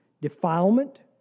Defilement